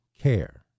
care